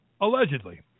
allegedly